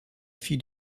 fille